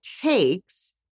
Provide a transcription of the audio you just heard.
takes